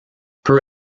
peu